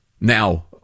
Now